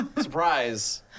Surprise